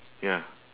ya